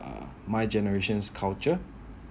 uh my generation's culture